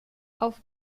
auf